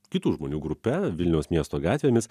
kitų žmonių grupe vilniaus miesto gatvėmis